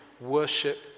worship